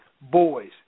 boys